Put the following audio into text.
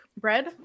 bread